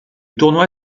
tournoi